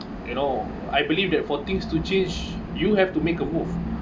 you know I believe that for things to change you have to make a move